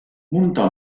munta